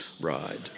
ride